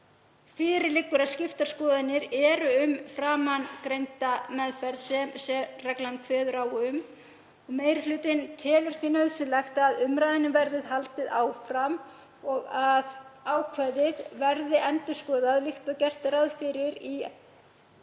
Fyrir liggur að skiptar skoðanir eru um framangreinda meðferð sem sérreglan kveður á um. Meiri hlutinn telur því nauðsynlegt að umræðunni verði haldið áfram og að ákvæðið verði endurskoðað líkt og gert er ráð fyrir í 11.